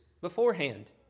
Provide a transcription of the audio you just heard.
Beforehand